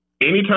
anytime